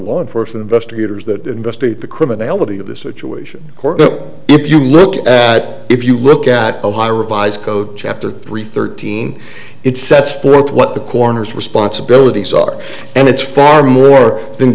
law enforcement investigators that investigate the criminality of the situation if you look if you look at the high revised code chapter three thirteen it sets forth what the coroner's responsibilities are and it's far more than